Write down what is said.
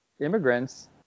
immigrants